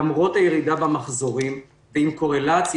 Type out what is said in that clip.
למרות הירידה במחזורים ואם קורלציה